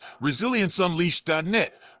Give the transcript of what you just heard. resilienceunleashed.net